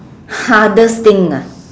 hardest thing ah